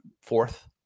fourth